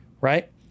right